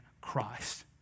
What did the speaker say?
Christ